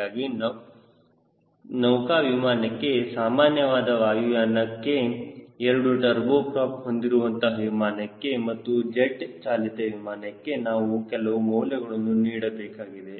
ಹೀಗಾಗಿ ನೌಕ ವಿಮಾನಕ್ಕೆ ಸಾಮಾನ್ಯವಾದ ವಾಯುಯಾನ ಕ್ಕೆ ಎರಡು ಟರ್ಬೋ ಪ್ರೋಪ ಹೊಂದಿರುವ ವಿಮಾನಕ್ಕೆ ಮತ್ತು ಜೆಟ್ ಚಾಲಿತ ವಿಮಾನಕ್ಕೆ ನಾವು ಕೆಲವು ಮೌಲ್ಯಗಳನ್ನು ನೀಡಬೇಕಾಗಿದೆ